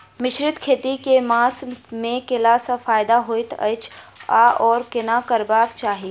मिश्रित खेती केँ मास मे कैला सँ फायदा हएत अछि आओर केना करबाक चाहि?